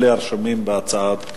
אלה רשומים להצעות לסדר-היום.